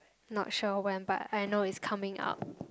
not sure when but I know it's coming out